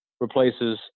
replaces –